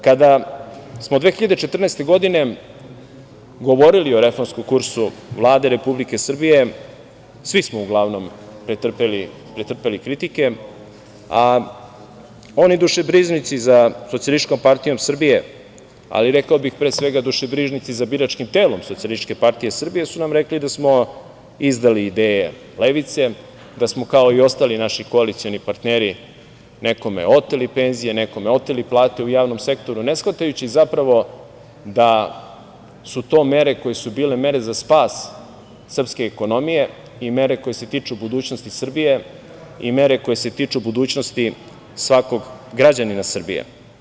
Kada smo 2014. godine govorili o reformskom kursu Vlade Republike Srbije, svi smo uglavnom pretrpeli kritike, a oni dušebrižnici za SPS, ali rekao bih pre svega dušebrižnici za biračkim telom SPS, su nam rekli da smo izdali ideje levice, da smo kao i ostali naši koalicioni partneri nekome oteli penzije, nekome oteli plate u javnom sektoru, ne shvatajući zapravo da su to mere koje su bile mere za spas srpske ekonomije, mere koje se tiču budućnosti Srbije i mere koje se tiču budućnosti svakog građanina Srbije.